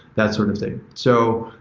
that sort of thing. so,